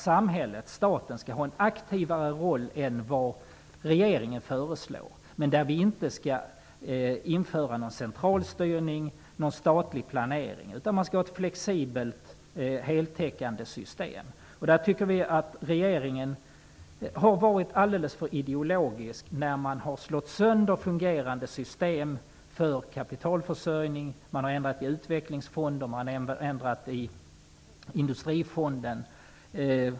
Samhället, staten, skall ha en aktivare roll än regeringen föreslår, men det skall inte införas någon centralstyrning -- någon statlig planering. Det skall vara ett flexiblet heltäckande system. I detta avseende tycker vi att regeringen har varit alldeles för ideologisk. Regeringen har slagit sönder ett fungerande system för kapitalförsörjning. Man har gjort ändringar när det gäller utvecklingsfonderna och Industrifonden.